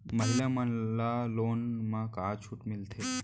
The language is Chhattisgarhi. महिला मन ला लोन मा का छूट मिलथे?